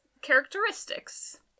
characteristics